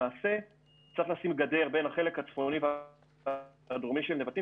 למעשה צריך לשים גדר בין החלק הצפוני והדרומי של נבטים,